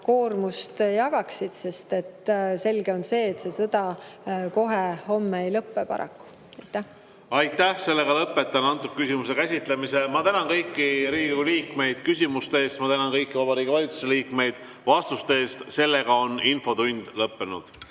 koormust jagaksid, sest selge on see, et see sõda kohe homme ei lõpe paraku. Aitäh! Lõpetan selle küsimuse käsitlemise. Ma tänan kõiki Riigikogu liikmeid küsimuste eest. Ma tänan kõiki Vabariigi Valitsuse liikmeid vastuste eest. Infotund on lõppenud.